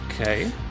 okay